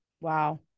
wow